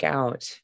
out